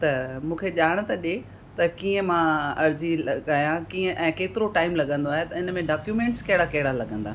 त मूंखे ॼाण त ॾे त कीअं मां अर्ज़ी लॻायां कीअं ऐं केतिरो टाइम लॻंदो आहे त इन में डॉक्यूमेंट्स कहिड़ा कहिड़ा लॻंदा